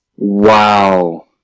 wow